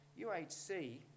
UHC